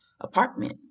apartment